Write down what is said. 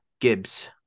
Gibbs